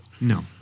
No